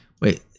Wait